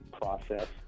process